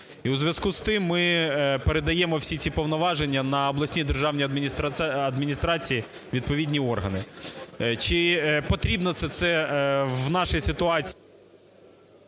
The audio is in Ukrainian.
І у зв'язку з тим ми передаємо всі ці повноваження на обласні державні адміністрації, відповідні органи. Чи потрібно все це в нашій ситуації…